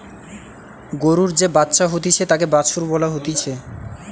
গরুর যে বাচ্চা হতিছে তাকে বাছুর বলা হতিছে